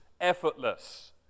effortless